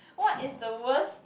what is the worst